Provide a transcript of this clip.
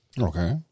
Okay